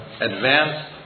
advanced